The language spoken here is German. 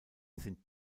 sind